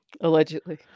Allegedly